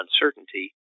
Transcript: uncertainty